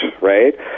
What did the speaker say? right